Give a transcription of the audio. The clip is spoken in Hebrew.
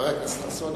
חבר הכנסת ינמק.